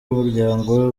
umuryango